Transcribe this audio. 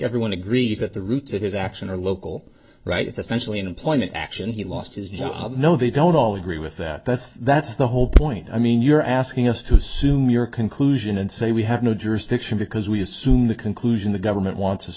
everyone agrees that the roots of his action are local rights especially in employment action he lost his job no they don't all agree with that that's that's the whole point i mean you're asking us to assume your conclusion and say we have no jurisdiction because we assume the conclusion the government wants us